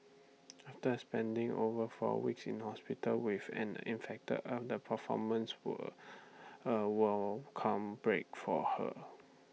after spending over four weeks in hospital with an infected arm the performances were A welcome break for her